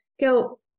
go